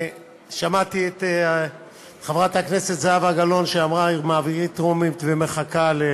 שמעתי את חברת הכנסת זהבה גלאון אומרת: מעבירים בקריאה הטרומית ומחכים,